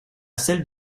celle